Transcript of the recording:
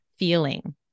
feeling